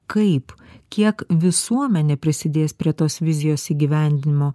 kaip kiek visuomenė prisidės prie tos vizijos įgyvendinimo